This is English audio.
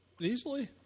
Easily